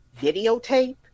videotape